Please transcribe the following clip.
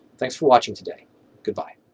thanks for watching today goodbye.